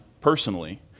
personally